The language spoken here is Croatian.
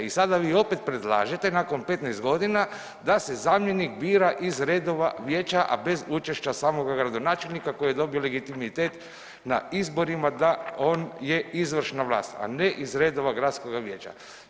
I sada vi opet predlažete nakon 15 godina da se zamjenik bira iz redova vijeća, a bez učešća samoga gradonačelnika koji je dobio legitimitet na izborima da on je izvršna vlast, a ne iz redova gradskoga vijeća.